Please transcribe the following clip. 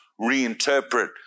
reinterpret